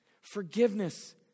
Forgiveness